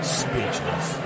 speechless